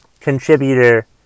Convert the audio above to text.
contributor